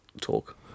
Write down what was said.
talk